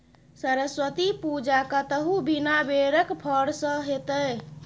सरस्वती पूजा कतहु बिना बेरक फर सँ हेतै?